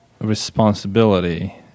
responsibility